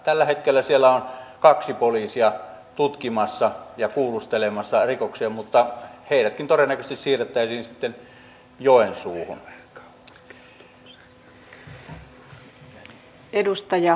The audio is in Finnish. tällä hetkellä siellä on kaksi poliisia tutkimassa ja kuulustelemassa rikoksista mutta heidätkin todennäköisesti siirrettäisiin sitten joensuuhun